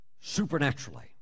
supernaturally